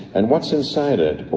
and what's inside it? oh,